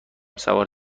سوار